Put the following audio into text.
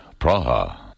Praha